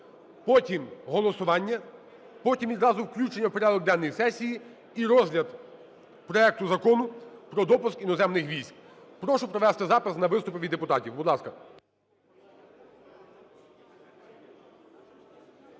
потім голосування, потім відразу включення в порядок денний сесії і розгляд проекту Закону про допуск іноземних військ. Прошу провести запис на виступи від депутатів, будь ласка.